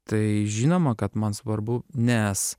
tai žinoma kad man svarbu nes